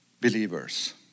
believers